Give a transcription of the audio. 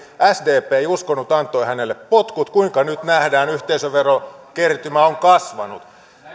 sdp ei uskonut antoi hänelle potkut kuten nyt nähdään yhteisöverokertymä on kasvanut